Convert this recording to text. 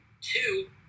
Two